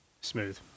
Smooth